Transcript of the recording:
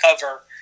cover